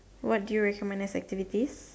what do you recommend as activities